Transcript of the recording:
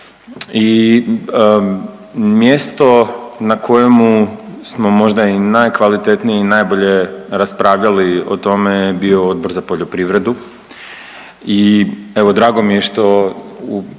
i mjesto na kojemu smo možda i najkvalitetniji i najbolje raspravljali o tome bio Odbor za poljoprivredu. I evo drago mi je što